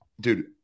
dude